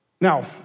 Now